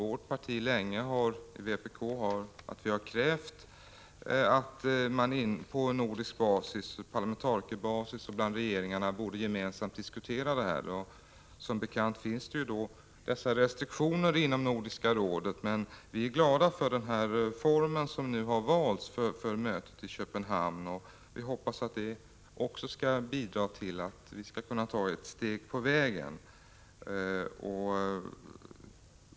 Vpk har länge krävt att man i Norden, på parlamentarisk basis och mellan regeringarna, gemensamt skulle diskutera frågan om en kärnvapenfri zon i Norden. Som bekant finns det vissa restriktioner inom Nordiska rådet, men vi är glada för den form som nu har valts för mötet i Köpenhamn. Vi hoppas att det skall bidra till att vi skall kunna ta ett steg på vägen.